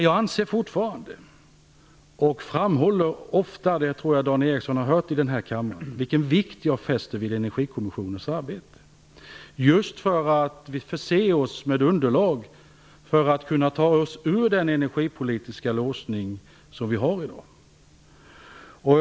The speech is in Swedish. Jag framhåller ofta, och det tror jag att Dan Ericsson har hört i den här kammaren, vilken vikt jag fäster vid Energikommissionens arbete just för att förse oss med underlag för att vi skall kunna ta oss ur den energipolitiska låsning som vi i dag har.